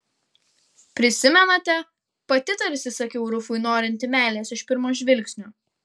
prisimenate pati tarsi sakiau rufui norinti meilės iš pirmo žvilgsnio